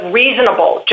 reasonable